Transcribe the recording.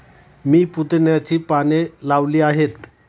मी पुदिन्याची पाने लावली आहेत